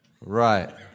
Right